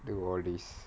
do all these